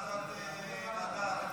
לוועדת המדע.